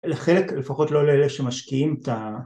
לחלק, לפחות לא לאלה שמשקיעים את ה...